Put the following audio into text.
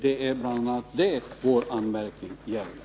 Det är bl.a. det som vår anmärkning gäller.